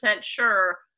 sure